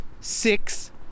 Six